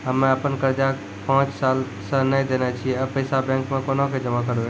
हम्मे आपन कर्जा पांच साल से न देने छी अब पैसा बैंक मे कोना के जमा करबै?